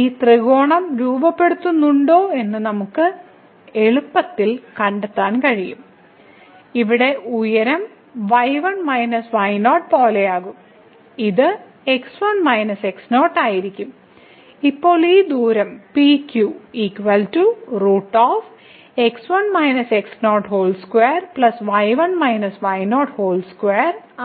ഈ ത്രികോണം രൂപപ്പെടുത്തുന്നുണ്ടോ എന്ന് നമുക്ക് എളുപ്പത്തിൽ കണ്ടെത്താൻ കഴിയും ഇവിടെ ഉയരം y1 - y0 പോലെയാകും ഇത് x1 - x0 ആയിരിക്കും ഇപ്പോൾ ഈ ദൂരം PQ